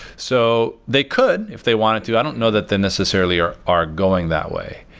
so, they could if they wanted to. i don't know that they necessarily are are going that way.